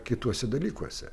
kituose dalykuose